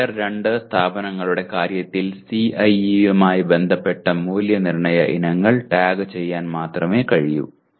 tyre 2 സ്ഥാപനങ്ങളുടെ കാര്യത്തിൽ CIE യുമായി ബന്ധപ്പെട്ട മൂല്യനിർണയ ഇനങ്ങൾ ടാഗ് ചെയ്യാൻ മാത്രമേ കഴിയൂ